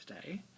today